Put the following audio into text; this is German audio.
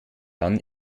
dann